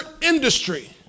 industry